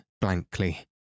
blankly